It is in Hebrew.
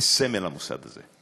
לסמל המוסד הזה.